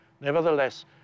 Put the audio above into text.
Nevertheless